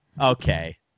Okay